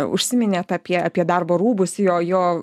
užsiminėt apie apie darbo rūbus jo jo